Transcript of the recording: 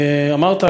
אמרת,